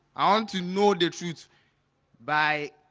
i want to know the truth by